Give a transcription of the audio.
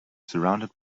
surrounded